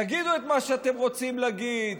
תגידו את מה שאתם רוצים להגיד,